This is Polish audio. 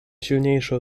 silniejszy